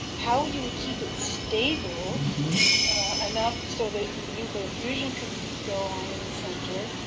how you would keep it stable enough so that nuclear fusion could go on in the center,